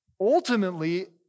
Ultimately